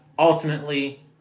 Ultimately